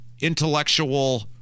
intellectual